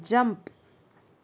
jump